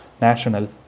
national